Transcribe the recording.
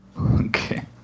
Okay